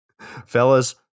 Fellas